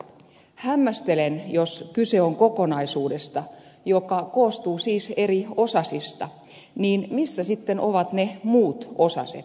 hämmästelen sitä jos kyse on kokonaisuudesta joka koostuu siis eri osasista missä sitten ovat ne muut osaset